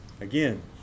again